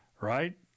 right